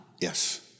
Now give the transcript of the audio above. Yes